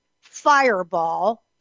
fireball